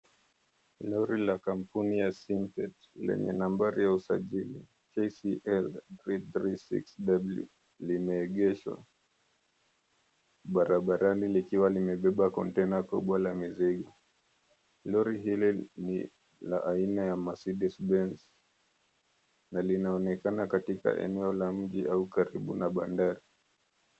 Lori la kampuni ya Simpet, lenye nambari ya usajili KCL 336W. Limeegeshwa barabarani likiwa limebeba kontena kubwa la mizigo. Lori hili ni la aina ya Mercedes Benz, na linaonekana katika eneo la mji au karibu na bandari.